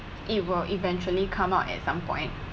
it will eventually come out at some point